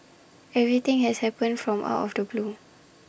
everything has happened from out of the blue